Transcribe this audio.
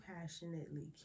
passionately